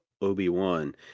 Obi-Wan